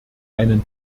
einen